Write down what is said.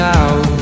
out